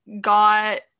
got